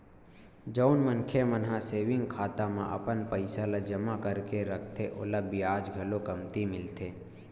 जउन मनखे मन ह सेविंग खाता म अपन पइसा ल जमा करके रखथे ओला बियाज घलो कमती मिलथे